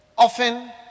Often